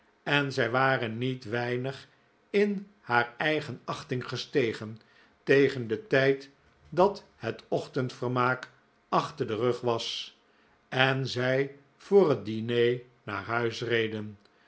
en zij waren niet weinig in haar eigen achting gestegen tegen den tijd dat het ochtendvermaak achter den rug was en zij voor het diner naar huis reden